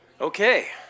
Okay